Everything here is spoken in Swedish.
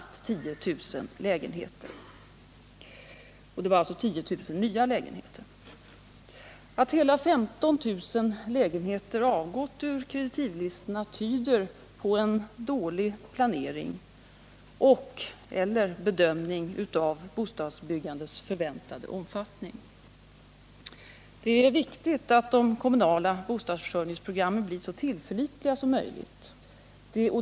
Att hela 15 000 lägenheter avgått ur kreditivlistorna tyder på en dålig planering och/eller bedömning av bostadsbyggandets förväntade omfattning. Det är viktigt att de kommunala bostadsförsörjningsprogrammen blir så tillförlitliga som möjligt.